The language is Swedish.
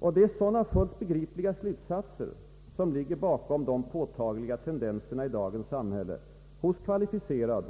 Det är sådana fullt begripliga slutsatser som ligger bakom de påtagliga tendenserna i dagens samhälle hos kvalificerad